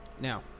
now